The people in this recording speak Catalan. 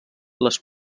les